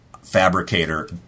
fabricator